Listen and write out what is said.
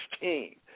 team